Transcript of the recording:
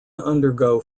undergo